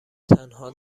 تنها